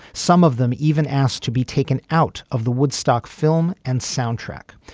some of them even asked to be taken out of the woodstock film and soundtrack.